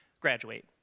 graduate